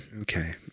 Okay